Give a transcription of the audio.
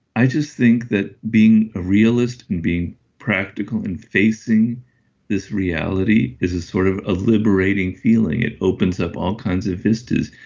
i just think that being a realist and being practical and facing this reality is ah sort of a liberating feeling. it opens up all kinds of visitors.